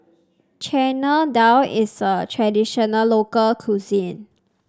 Chana Dal is a traditional local cuisine